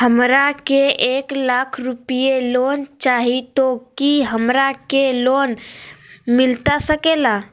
हमरा के एक लाख रुपए लोन चाही तो की हमरा के लोन मिलता सकेला?